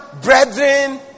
brethren